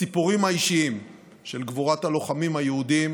הסיפורים האישיים על גבורת הלוחמים היהודים